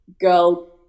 girl